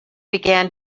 began